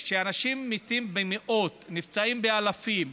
אנשים מתים במאות, נפצעים באלפים,